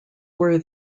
were